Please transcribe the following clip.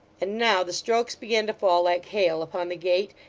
and now the strokes began to fall like hail upon the gate,